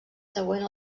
següent